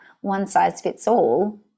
one-size-fits-all